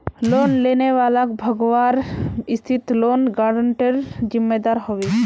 loan लेने वालाक भगवार स्थितित लोन गारंटरेर जिम्मेदार ह बे